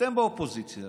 אתם באופוזיציה